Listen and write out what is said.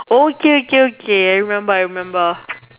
oh okay okay okay I remember I remember